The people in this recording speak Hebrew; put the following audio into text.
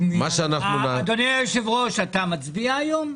אדוני היושב-ראש, אתה מצביע היום?